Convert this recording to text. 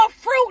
fruit